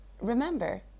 Remember